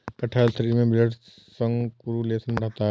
कटहल शरीर में ब्लड सर्कुलेशन बढ़ाता है